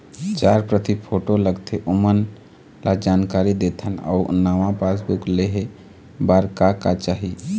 चार प्रति फोटो लगथे ओमन ला जानकारी देथन अऊ नावा पासबुक लेहे बार का का चाही?